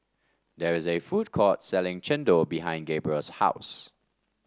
there is a food court selling Chendol behind Gabriel's house